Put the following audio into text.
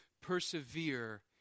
persevere